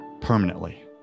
permanently